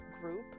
group